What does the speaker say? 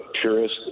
purist